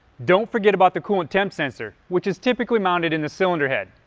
don't forget about the coolant temp sensor, which is typically mounted in the cylinder head.